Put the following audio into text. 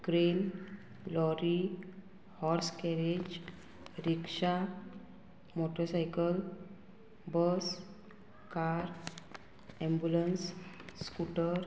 train lorry horse carriage rickshaw motorcycle bus car ambulance scooter